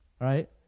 right